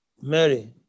Mary